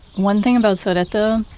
one thing about sodeto,